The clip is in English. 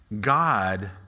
God